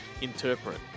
interpret